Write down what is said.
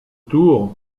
tour